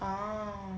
ah